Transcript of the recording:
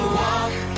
walk